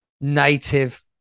native